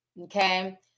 Okay